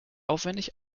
aufwendig